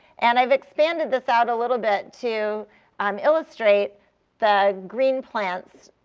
and i've expanded this out a little bit to um illustrate the green plants,